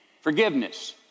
forgiveness